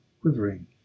quivering